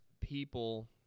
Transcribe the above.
people